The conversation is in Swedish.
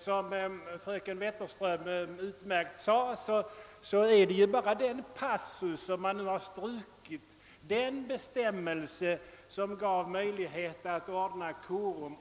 Som fröken Wetterström sade har man nu strukit den bestämmelse som gav möjlighet att ordna korum